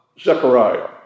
Zechariah